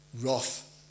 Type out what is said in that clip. wrath